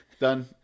Done